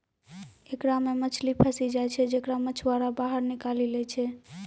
एकरा मे मछली फसी जाय छै जेकरा मछुआरा बाहर निकालि लै छै